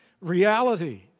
reality